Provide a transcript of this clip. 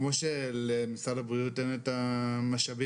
כמו שלמשרד הבריאות אין את המשאבים,